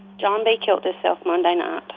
john b. killed himself monday night